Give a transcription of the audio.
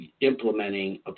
implementing